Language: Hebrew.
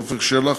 עפר שלח,